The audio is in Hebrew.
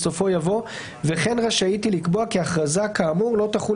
בסופו יבוא "וכן רשאית היא לקבוע כי הכרזה כאמור לא תחול